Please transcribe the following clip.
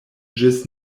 ĝis